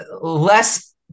less